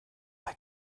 bei